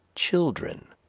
children,